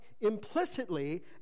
implicitly